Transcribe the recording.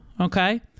okay